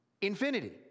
Infinity